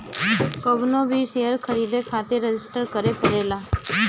कवनो भी शेयर खरीदे खातिर रजिस्टर करे के पड़ेला